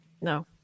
No